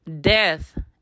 death